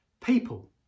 people